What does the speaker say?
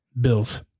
bills